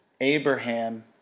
Abraham